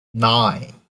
nine